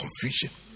Confusion